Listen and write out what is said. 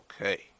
okay